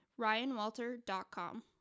RyanWalter.com